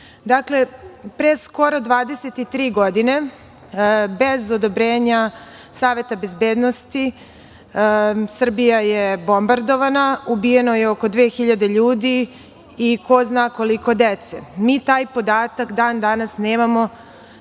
pre skoro 23 godine, bez odobrenja Saveta bezbednosti Srbija je bombardovana. Ubijeno je oko 2.000 ljudi i ko zna koliko dece. Mi taj podatak i dan danas nemamo,